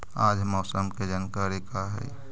आज मौसम के जानकारी का हई?